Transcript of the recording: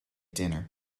dinner